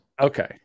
Okay